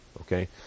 Okay